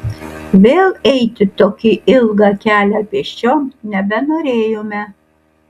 vėl eiti tokį ilgą kelią pėsčiom nebenorėjome